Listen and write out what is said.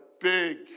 big